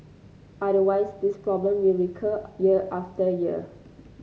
otherwise this problem will recur year after year